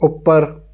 ਉੱਪਰ